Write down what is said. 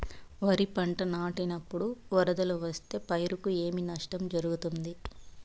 వరిపంట నాటినపుడు వరదలు వస్తే పైరుకు ఏమి నష్టం జరుగుతుంది?